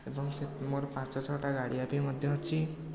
ଏବଂ ସେ ମୋର ପାଞ୍ଚ ଛଅଟା ଗାଡ଼ିଆ ବି ମଧ୍ୟ ଅଛି